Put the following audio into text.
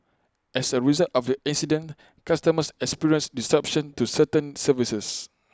as A result of the incident customers experienced disruption to certain services